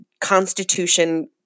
constitution